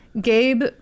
Gabe